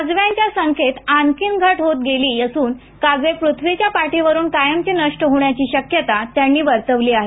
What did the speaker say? काजव्यांच्या संख्येत आणखीन घट होत गेली असून काजवे पृथ्वीच्या पाठीवरुन कायमचे नष्ट होण्याची शक्यता त्यांनी वर्तवली आहे